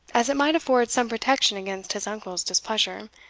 as it might afford some protection against his uncle's displeasure,